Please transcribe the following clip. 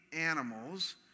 animals